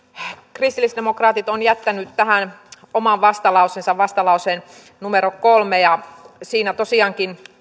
kristillisdemokraatit on jättänyt tähän oman vastalauseensa vastalauseen kolme ja siinä tosiaankin